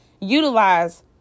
utilize